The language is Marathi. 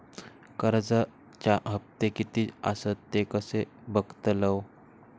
कर्जच्या हप्ते किती आसत ते कसे बगतलव?